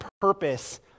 purpose